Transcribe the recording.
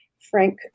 Frank